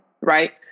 right